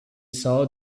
saw